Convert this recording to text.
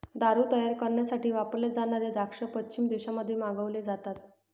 दारू तयार करण्यासाठी वापरले जाणारे द्राक्ष पश्चिमी देशांमध्ये मागवले जातात